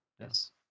Yes